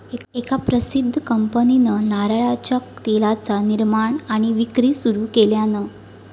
एका प्रसिध्द कंपनीन नारळाच्या तेलाचा निर्माण आणि विक्री सुरू केल्यान